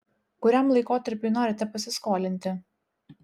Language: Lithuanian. kuriam laikotarpiui norite pasiskolinti